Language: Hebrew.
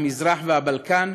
והמזרח והבלקן